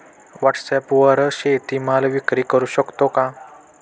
व्हॉटसॲपवर शेती माल विक्री करु शकतो का?